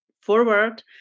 forward